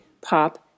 pop